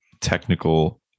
technical